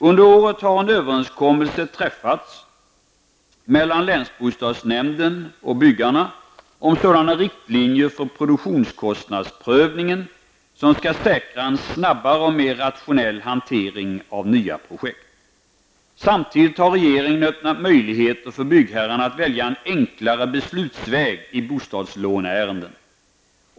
Under året har en överenskommelse träffats mellan länsbostadsnämnden och byggarna om sådana riktlinjer för produktionskostnadsprövningen som skall säkra en snabbare och mer rationell hantering av nya projekt. Samtidigt har regeringen öppnat möjligheter för byggherrarna att välja en enklare beslutsväg i bostadslåneärenden.